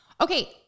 Okay